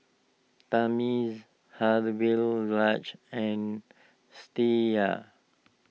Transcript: Thamizhavel Raja and